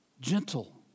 Gentle